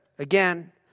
Again